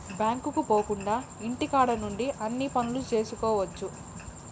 బ్యాంకుకు పోకుండా ఇంటికాడ నుండి అన్ని పనులు చేసుకోవచ్చు